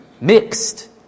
mixed